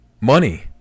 Money